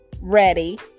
ready